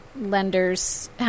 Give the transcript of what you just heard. lenders